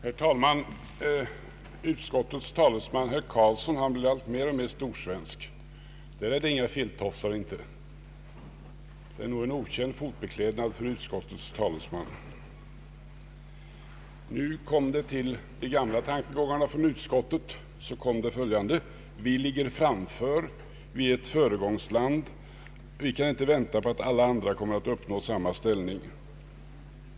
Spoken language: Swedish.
Herr talman! Utskottets talesman herr Göran Karlsson blir mer och mer storsvensk. Där är det inga filttofflor! Det är nog en okänd fotbeklädnad för utskottets talesman. Utöver de gamla tankegångarna från utskottet kom nu följande: Vi ligger framför; vi är ett föregångsland; vi kan inte vänta på att alla andra skall uppnå samma ställning.